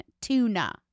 Tuna